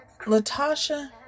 Latasha